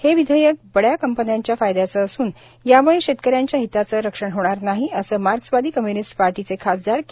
हे विधेयक बड्या कंपन्यांच्या फायद्याचं असून याम्ळे शेतकऱ्यांच्या हिताचं रक्षण होणार नाही असं मार्क्स वादी कम्य्निस्ट पार्टीचे खासदार के